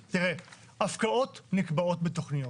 הפקעות נקבעות בתוכניות.